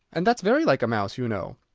and that's very like a mouse, you know.